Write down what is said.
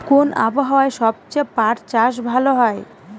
কোন আবহাওয়ায় সবচেয়ে পাট চাষ ভালো হয়?